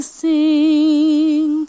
sing